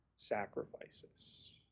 sacrifices